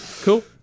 cool